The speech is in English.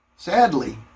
Sadly